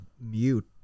mute